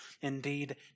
Indeed